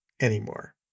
anymore